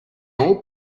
all